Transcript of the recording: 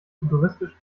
futuristisch